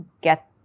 get